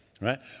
right